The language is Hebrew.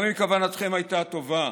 גם אם כוונתכם הייתה טובה,